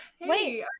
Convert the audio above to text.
Wait